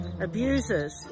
abusers